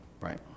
Right